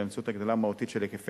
באמצעות הגדלה משמעותית של היקפי